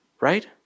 right